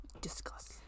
Discuss